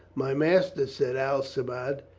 my master, said alcibiade.